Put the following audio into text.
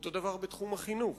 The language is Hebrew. אותו דבר בתחום החינוך: